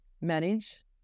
manage